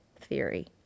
theory